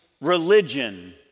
religion